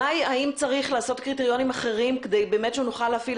האם צריך לעשות קריטריונים אחרים כדי שנוכל להפעיל